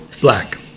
Black